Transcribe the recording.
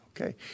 Okay